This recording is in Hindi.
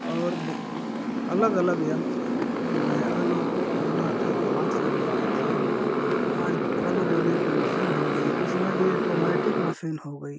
और अलग अलग यंत्र हो गए आलू बोना था तो हाथ से बोते थे आज आलू बोने की मसीन हो गई उसमें भी एटोमैटिक मसीन हो गई